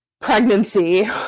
pregnancy